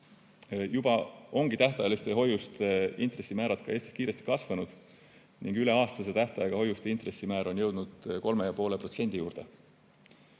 Juba ongi tähtajaliste hoiuste intressimäärad ka Eestis kiiresti kasvanud ning üle aastase tähtajaga hoiuste intressimäär on jõudnud 3,5% juurde.